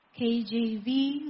KJV